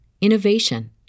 innovation